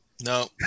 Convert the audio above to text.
No